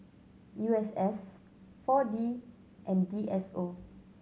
U S S Four D and D S O